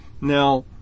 Now